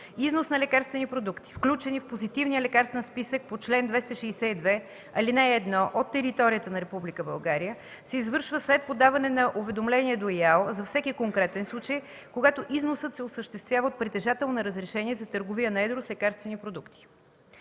Износ на лекарствени продукти, включени в Позитивния лекарствен списък по чл. 262, ал. 1, от територията на Република България се извършва след подаване на уведомление до ИАЛ за всеки конкретен случай, когато износът се осъществява от притежател на разрешение за търговия на едро с лекарствени продукти.